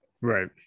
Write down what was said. Right